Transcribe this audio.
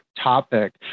topic